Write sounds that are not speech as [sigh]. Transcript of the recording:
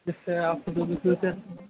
اس سے آپ کو جو [unintelligible] سے